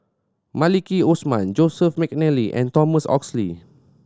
Maliki Osman Joseph McNally and Thomas Oxley